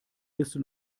liste